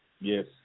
Yes